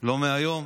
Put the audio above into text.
לא מהיום.